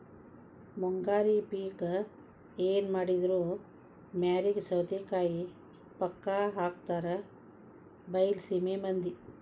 ಮುಂಗಾರಿ ಪಿಕ್ ಎನಮಾಡಿದ್ರು ಮ್ಯಾರಿಗೆ ಸೌತಿಕಾಯಿ ಪಕ್ಕಾ ಹಾಕತಾರ ಬೈಲಸೇಮಿ ಮಂದಿ